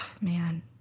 Man